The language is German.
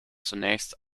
zunächst